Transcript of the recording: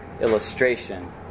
illustration